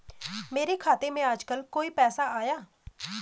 मेरे खाते में आजकल कोई पैसा आया?